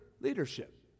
leadership